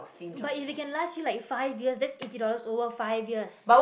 but if it can last you like five years that's eighty dollars over five years